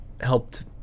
helped